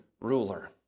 ruler